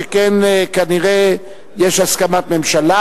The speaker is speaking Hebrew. שכן כנראה יש הסכמת ממשלה.